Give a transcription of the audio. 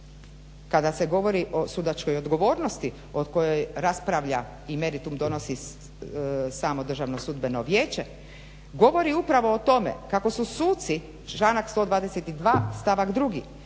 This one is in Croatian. kada se govori o sudačkoj odgovornosti o kojoj raspravlja i meritum donosi samo Državno sudbeno vijeće, govori upravo o tome kako su suci, članak 122.stavak 2.,